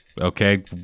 Okay